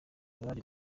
abari